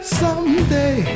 someday